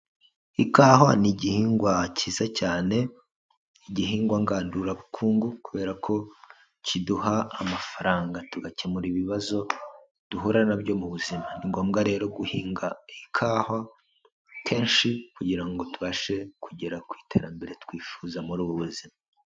Ikawa ni igihingwa cyiza cyane, igihingwa ngandurabukungu kubera ko kiduha amafaranga tugakemura ibibazo duhura nabyo mu buzima, ni ngombwa rero guhinga ikawa kenshi kugira ngo tubashe kugera ku iterambere twifuza muri ubu buzima.